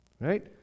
Right